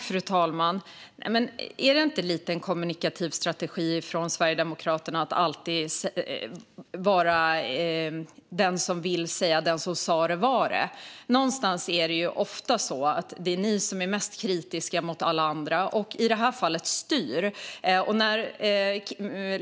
Fru talman! Är det inte lite av en kommunikativ strategi från Sverigedemokraterna att alltid vara den som säger: Den som sa det var det? Det är ofta ni som är mest kritiska mot alla andra, Martin Kinnunen. Och i det här fallet är det ni som styr.